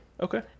Okay